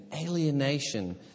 alienation